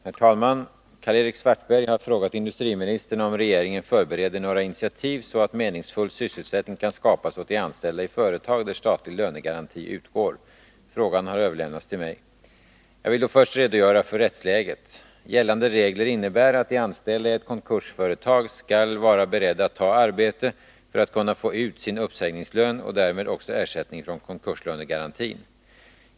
Herr talman! Karl-Erik Svartberg har frågat industriministern om regeringen förbereder några initiativ, så att meningsfull sysselsättning kan skapas åt de anställda i företag där statlig lönegaranti utgår. Frågan har överlämnats till mig. Jag vill då först redogöra för rättsläget. Gällande regler innebär att de anställda i ett konkursföretag skall vara beredda att ta arbete för att kunna få ut sin uppsägningslön och därmed också ersättning från konkurslönegarantin.